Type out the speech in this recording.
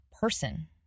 person